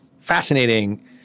fascinating